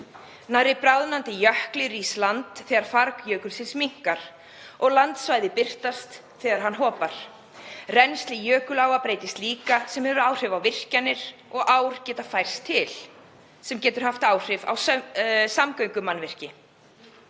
Nærri bráðnandi jökli rís land þegar farg jökulsins minnkar, og landsvæði birtast þegar hann hopar. Rennsli jökuláa breytist líka, sem hefur áhrif á virkjanir, og ár geta færst til, sem getur haft áhrif á samgöngumannvirki.“